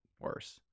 worse